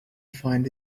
find